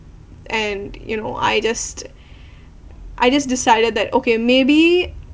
and you know I just I just decided that okay maybe